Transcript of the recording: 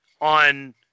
on